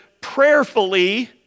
prayerfully